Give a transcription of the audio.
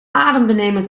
adembenemend